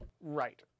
Right